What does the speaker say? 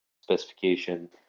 specification